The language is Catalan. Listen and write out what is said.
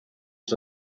els